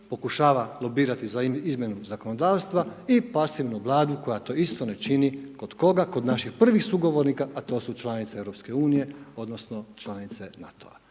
pokušava lobirati za izmjenu zakonodavstva i pasivnu Vlada koja to isto ne čini, kod koga, kod naših prvih sugovornika a to su članice Europske unije odnosno članice NATO-a.